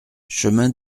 chemin